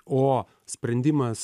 o sprendimas